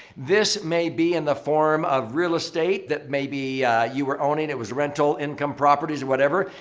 this may be in the form of real estate that maybe you were owning it was rental income properties or whatever.